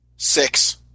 Six